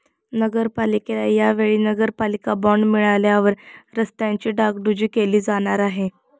नगरपालिकेला या वेळी नगरपालिका बॉंड मिळाल्यावर रस्त्यांची डागडुजी केली जाणार आहे